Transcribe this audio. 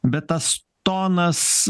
bet tas tonas